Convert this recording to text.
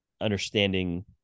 understanding